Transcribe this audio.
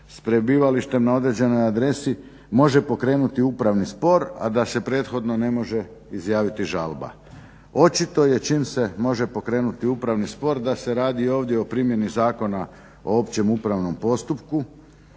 s prebivalištem na određenoj adresi može pokrenuti upravni spor a da se prethodno ne može izjaviti žalba. Očito je čim se može pokrenuti upravni spor da se radi ovdje o primjeni zakona o općem upravnom postupku